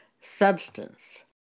substance